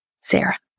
Sarah